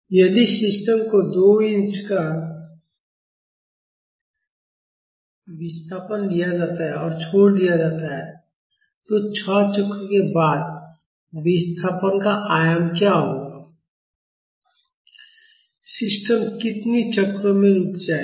यदि सिस्टम को 2 इंच का प्रारंभिक विस्थापन दिया जाता है और छोड़ दिया जाता है तो छह चक्रों के बाद विस्थापन का आयाम क्या होगा और सिस्टम कितने चक्रों में रुक जाएगा